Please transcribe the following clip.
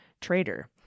traitor